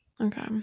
Okay